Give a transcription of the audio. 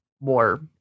more